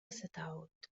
ستعود